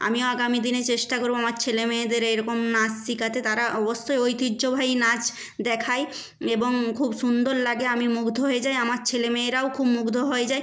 আমিও আগামী দিনে চেষ্টা করব আমার ছেলেমেয়েদের এই রকম নাচ শেখাতে তারা অবশ্যই ঐতিহ্যবাহী নাচ দেখায় এবং খুব সুন্দর লাগে আমি মুগ্ধ হয়ে যাই আমার ছেলেমেয়েরাও খুব মুগ্ধ হয়ে যায়